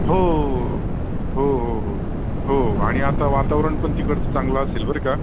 हो हो हो हो हो आणि आता वातावरण पण तिकडचं चांगलं असेल बर का